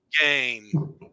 Game